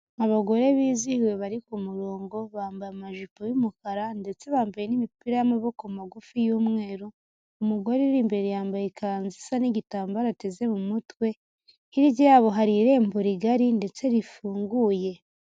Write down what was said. Abagore bizihiwe bari ku murongo, bambaye amajipo y'umukara ndetse bambaye n'imipira y'amaboko magufi y'umweru, umugore uri imbere yambaye ikanzu isa n'igitambaro ateze mu mutwe, hirya yabo hari irembo rigari ndetse rifunguye.